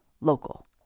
local